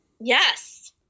Yes